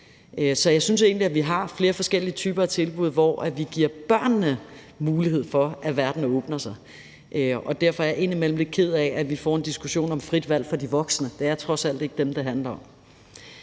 Så jeg synes egentlig, at vi har flere forskellige typer af tilbud, hvor vi giver børnene mulighed for, at verden åbner sig, og derfor er jeg egentlig indimellem lidt ked af, at vi får en diskussion om frit valg for de voksne. Det er trods alt ikke dem, det handler om.